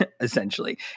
essentially